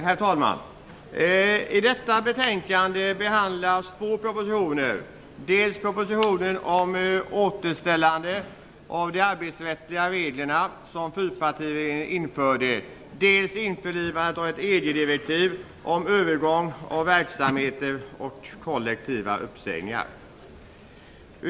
Herr talman! I detta betänkande behandlas två propositioner - dels propositionen om återställande av de arbetsrättsliga regler som fyrpartiregeringen införde, dels införlivandet av ett EG-direktiv om övergång av verksamheter och kollektiva uppsägningar.